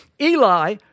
Eli